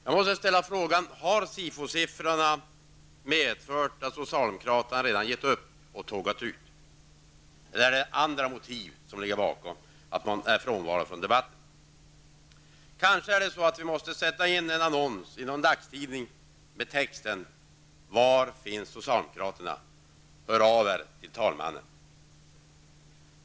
Jag måste ställa frågan: Har SIFO-siffrorna gjort att socialdemokraterna redan gett upp och tågat ut? Eller är det andra motiv som är orsaken till att de inte är närvarande i dag? Kanske vi i dagstidningarna måste sätta in en annons med texten: ''Var finns socialdemokraterna? Hör av er till talmannen!''